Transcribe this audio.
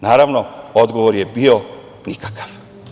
Naravno, odgovor je bio nikakav.